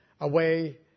away